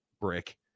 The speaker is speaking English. brick